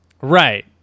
right